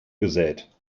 gesät